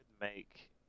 make